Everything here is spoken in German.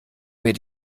mir